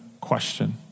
question